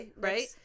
right